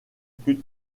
plus